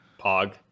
Pog